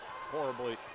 horribly